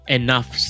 enough